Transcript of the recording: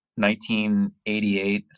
1988